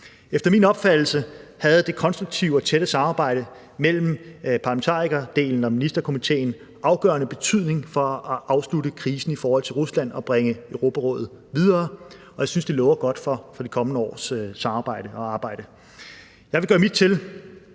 Efter min opfattelse havde det konstruktive og tætte samarbejde mellem parlamentarikerdelen og Ministerkomiteen afgørende betydning for at afslutte krisen i forhold til Rusland og bringe Europarådet videre, og jeg synes, det lover godt for det kommende års samarbejde og arbejde. Jeg vil gøre mit til,